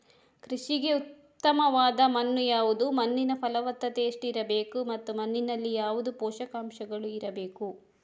ಕೃಷಿಗೆ ಉತ್ತಮವಾದ ಮಣ್ಣು ಯಾವುದು, ಮಣ್ಣಿನ ಫಲವತ್ತತೆ ಎಷ್ಟು ಇರಬೇಕು ಮತ್ತು ಮಣ್ಣಿನಲ್ಲಿ ಯಾವುದು ಪೋಷಕಾಂಶಗಳು ಇರಬೇಕು?